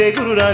Guru